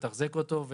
לתחזק אותו,